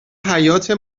حیاطه